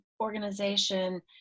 organization